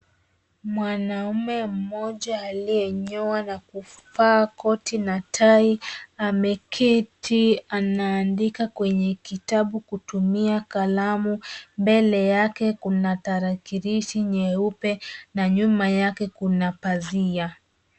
Mwanaume mmoja aliyenyoa na kuvaa koti na tai ameketi anaandika kwenye kitabu kutumia kalamu. Mbele yake kuna tarakilishi nyeupe na nyuma yake kuna pazia,